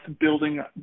building